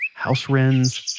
house wrens,